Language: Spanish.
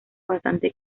bastante